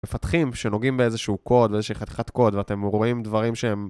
מפתחים שנוגעים באיזשהו קוד ואיזושהי חתיכת קוד ואתם רואים דברים שהם..